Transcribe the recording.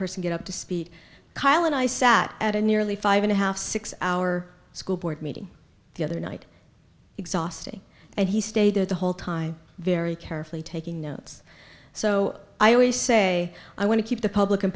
person get up to speed kyle and i sat at a nearly five and a half six hour school board meeting the other night exhausting and he stayed there the whole time very carefully taking notes so i always say i want to keep the public